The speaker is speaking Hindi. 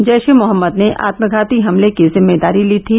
जैश ए मोहम्मद ने आत्मघाती हमले की जिम्मेदारी ली थी